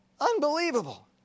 Unbelievable